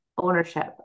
ownership